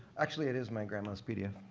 actually, it is my grandma's pdf.